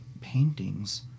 paintings